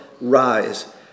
rise